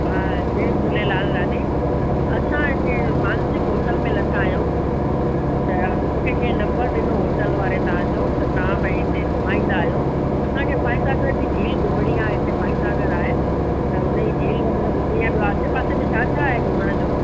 हा जय झूलेलाल दादी असां हिते मानसिंग होटल में लथां आहियूं त मूंखे कंहिं नम्बर ॾिनो होटल वारे तव्हां जो त तव्हां भाई हिते घुमाईंदा आहियो असांखे फ़ॉय सागर जी झील घुमणी आहे हिते फ़ॉय सागर आहे त उनजी झील वग़ैरह घुमणी आहे आसे पासे में छा छा आहे घुमण जो